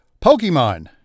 Pokemon